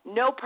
no